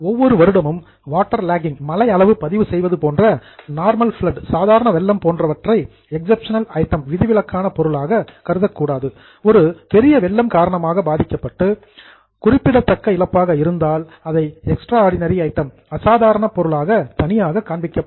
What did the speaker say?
ஒவ்வொரு வருடமும் water logging மழை அளவு பதிவு செய்வது போன்ற நார்மல் ஃபிளட் சாதாரண வெள்ளம் போன்றவற்றை எக்சப்ஷனல் ஐட்டம் விதிவிலக்கான பொருளாக கருதக்கூடாது ஒரு பெரிய வெள்ளம் காரணமாக பாதிக்கப்பட்டு சிக்னிபிகண்ட் லாஸ் குறிப்பிடத்தக்க இழப்பாக இருந்தால் அது எக்ஸ்ட்ராடினரி ஐட்டம் அசாதாரண பொருளாக தனியாக காண்பிக்கப்படும்